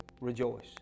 rejoice